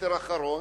בסמסטר האחרון,